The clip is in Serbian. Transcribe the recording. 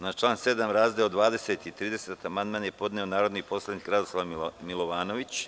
Na član 7. razdele 20 i 30 amandman je podneo narodni poslanik Radoslav Milovanović.